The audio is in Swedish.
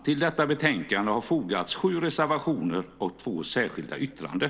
Till detta betänkande har fogats sju reservationer och två särskilda yttranden.